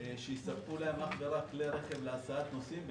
שיספקו להם אך ורק כלי רכב להסעת נוסעים,